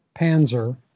Panzer